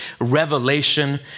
revelation